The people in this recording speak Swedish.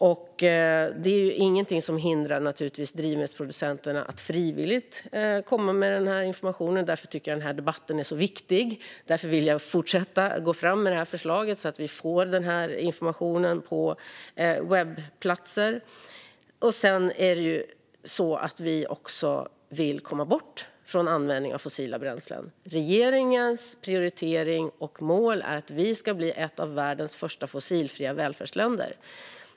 Det finns naturligtvis ingenting som hindrar drivmedelsproducenterna att frivilligt komma med den här informationen. Därför tycker jag att den här debatten är så viktig, och därför vill jag fortsätta att gå fram med det här förslaget, så att vi får den här informationen på webbplatser. Sedan vill vi också komma bort från användning av fossila bränslen. Regeringens prioritering och mål är att vi ska bli ett av världens första fossilfria välfärdsländer.